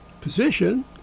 position